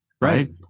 Right